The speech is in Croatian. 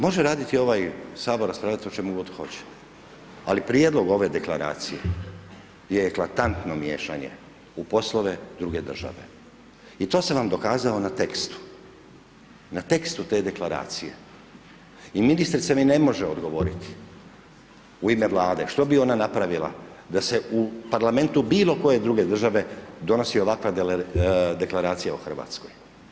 Može raditi ovaj Sabor i raspravljati o čemu god hoće ali prijedlog ove deklaracije je eklatantno miješanje u poslove druge države i to sam vam dokazao na tekstu, na tekstu te deklaracije i ministrica mi ne može odgovoriti u ime Vlade što bi ona napravila da se u Parlamentu bilo koje druge države donosi ovakva deklaracija o Hrvatskoj.